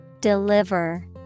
Deliver